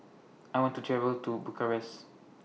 I want to travel to Bucharest